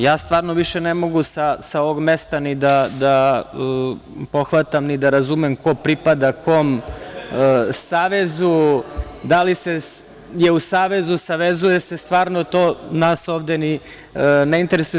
Ja stvarno više ne mogu sa ovog mesta ni da pohvatam, ni da razumem ko pripada kom savezu, da li je u savezu, to stvarno nas ovde ne interesuje.